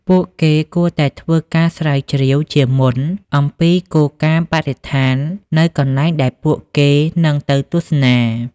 ពួកគេគួរតែធ្វើការស្រាវជ្រាវជាមុនអំពីគោលការណ៍បរិស្ថាននៅកន្លែងដែលពួកគេនឹងទៅទស្សនា។